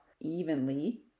evenly